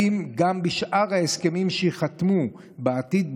גם בשאר ההסכמים שייחתמו בעתיד,